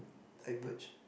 diverge